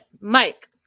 mike